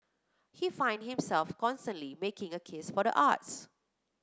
he find himself constantly making a case for the arts